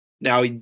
Now